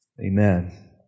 Amen